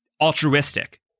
altruistic